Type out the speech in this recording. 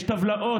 יש טבלאות.